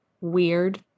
weird